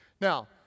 Now